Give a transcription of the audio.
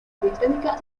británica